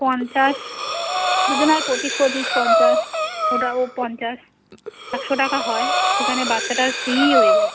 পঞ্চাশ দুজন হয় পঁচিশ পঁচিশ পঞ্চাশ ওটা ও পঞ্চাশ একশো টাকা হয় সেখানে বাচ্চাটা ফ্রিই হয়ে যাচ্ছে